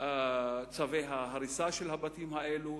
צווי ההריסה של הבתים האלה,